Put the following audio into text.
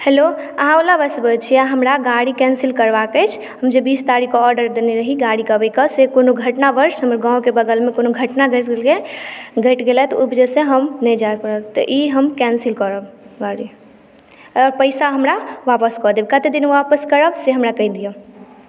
hello आहाँ ओला सँ बजै छियै हमरा गाड़ी कैंसिल करबाक अछि जे बीस तारीख कऽ आर्डर देने रही गाड़ी कऽ अबै कऽ से कोनो घटनावश हमर गाँवकेँ बगलमे कोनो घटना घटि गेलै घटि गेलै तऽ ओहि वजहसँ हम नहि जायब तऽ ई हम कैंसिल करब भऽ गेल आओर पैसा हमरा वापस कऽ देब कते दिनमे वापस करब से हमरा कहि दियऽ